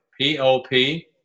P-O-P